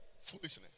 Foolishness